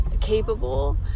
capable